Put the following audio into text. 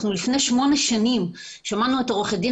לפני שמונה שנים שמענו את עורכת הדין